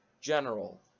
general